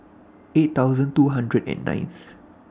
eight thousand two hundred and ninth